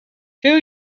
two